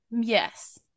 Yes